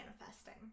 manifesting